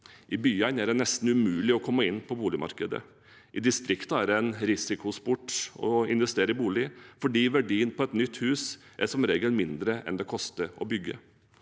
I byene er det nesten umulig å komme inn på boligmarkedet. I distriktene er det en risikosport å investere i bolig fordi verdien av et nytt hus som regel er lavere enn det det koster å bygge.